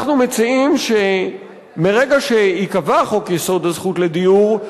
אנחנו מציעים שמרגע שייקבע חוק-יסוד: הזכות לדיור,